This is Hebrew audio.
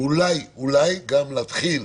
ואולי אולי גם להתחיל